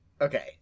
Okay